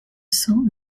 cents